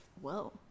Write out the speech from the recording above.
whoa